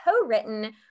co-written